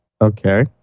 Okay